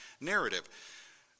narrative